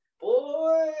boy